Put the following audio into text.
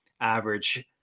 average